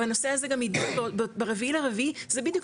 אבל הנושא הזה גם נידון ב-4.4 זה בדיוק